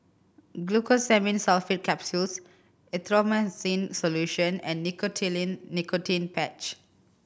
Glucosamine Sulfate Capsules Erythroymycin Solution and Nicotinell Nicotine Patch